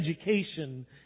education